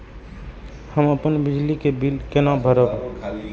हम अपन बिजली के बिल केना भरब?